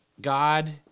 God